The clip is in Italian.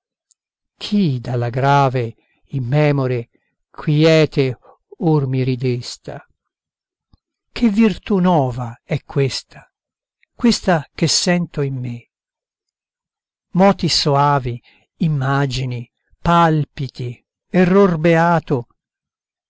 chi dalla grave immemore quiete or mi ridesta che virtù nova è questa questa che sento in me moti soavi immagini palpiti error beato